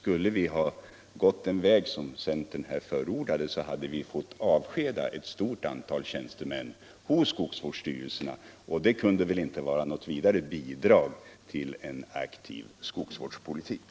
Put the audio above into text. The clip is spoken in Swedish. Skulle vi ha gått den väg som centern förordat hade vi fått avskeda ett stort antal tjänstemän hos skogsvårdsstyrelserna, och det vore väl inget bidrag till en aktiv skogsvårdspolitik.